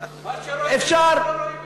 מה שרואים פה לא רואים משם.